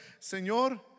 Señor